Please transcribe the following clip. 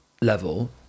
level